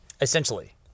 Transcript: Essentially